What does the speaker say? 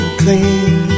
clean